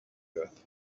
earth